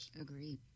Agreed